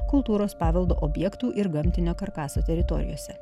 kultūros paveldo objektų ir gamtinio karkaso teritorijose